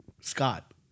Scott